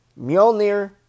Mjolnir